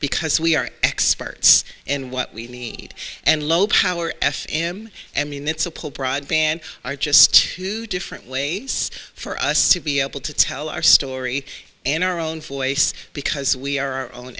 because we are experts and what we need and low power f m and mean it's a pope broadband are just two different ways for us to be able to tell our story and our own voice because we are our own